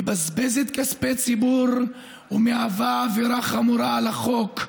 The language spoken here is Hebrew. מבזבזת כספי ציבור והיא עבירה חמורה על החוק.